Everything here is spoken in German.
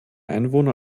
einwohner